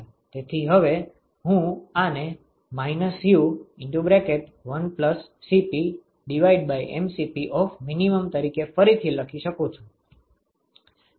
તેથી હવે હું આને -UA1Cpmin તરીકે ફરીથી લખી શકું છું